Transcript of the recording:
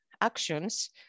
actions